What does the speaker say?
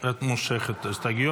מושכת את ההסתייגות.